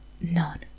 None